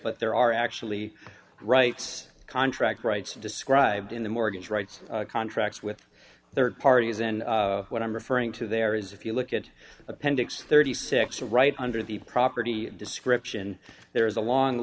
but there are actually rights contract rights described in the mortgage rights contract with rd parties then what i'm referring to there is if you look at appendix thirty six right under the property description there is a long